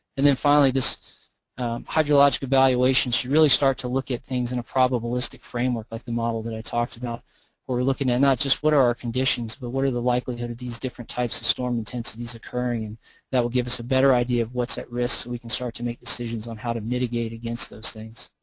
and then finally this hydrologic evaluation should really start to look at things in a probabilistic framework like the model that i talked about. where we're looking at not just what are our conditions, but what are the likelihood likelihood of these different types of storm intensities occurring and that will give us a better idea of what's at risk so we can start to make decisions on how to mitigate against those things.